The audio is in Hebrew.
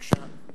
בבקשה.